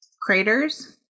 Craters